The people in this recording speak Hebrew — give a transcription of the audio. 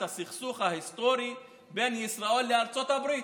הסכסוך ההיסטורי בין ישראל לארצות הברית,